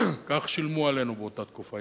כך שילמו עלינו באותה תקופה.